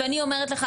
ואני אומרת לך,